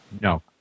No